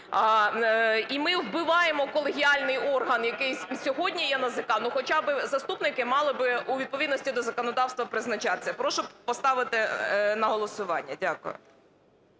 і ми вбиваємо колегіальний орган, який сьогодні є НАЗК, ну, хоча б заступники мали б у відповідності до законодавства призначатися. Прошу поставити на голосування. Дякую.